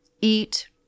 Eat